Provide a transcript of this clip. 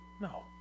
No